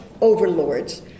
overlords